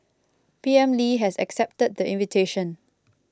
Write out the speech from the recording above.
P M Lee has accepted the invitation